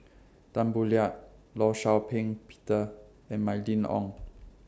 Tan Boo Liat law Shau Ping Peter and Mylene Ong